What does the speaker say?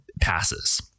passes